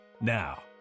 Now